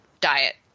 diet